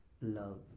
love